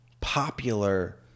popular